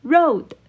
Road